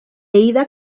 ida